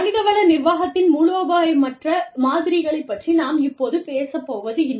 மனிதவள நிர்வாகத்தின் மூலோபாயமற்ற மாதிரிகளைப் பற்றி நாம் இப்போது பேசப்போவது இல்லை